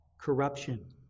corruption